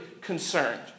concerned